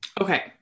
Okay